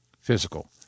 Physical